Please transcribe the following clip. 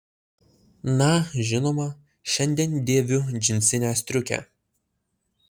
na žinoma šiandien dėviu džinsinę striukę